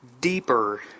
deeper